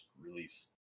release